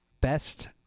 Best